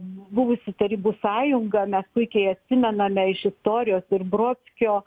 buvusi tarybų sąjunga mes puikiai atsimename iš istorijos ir brodskio